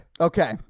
Okay